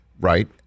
right